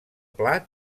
plat